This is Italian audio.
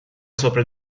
sopra